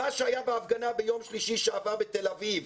מה שהיה בהפגנה ביום שלישי שעבר בתל אביב,